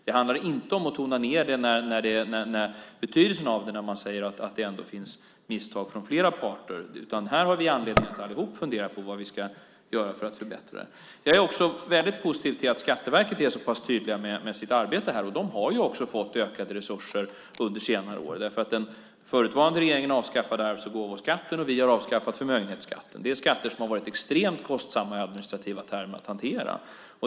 Det handlar inte om att tona ned betydelsen när man säger att flera parter har begått misstag. Här har vi anledning att alla fundera på vad vi ska göra för att förbättra situationen. Jag är också positiv till att Skatteverket är så pass tydligt med sitt arbete. Skatteverket har fått ökade resurser under senare år. Den förutvarande regeringen avskaffade arvs och gåvoskatten, och vi har avskaffat förmögenhetsskatten. Det är skatter som har varit extremt kostsamma i administrativa termer att hantera.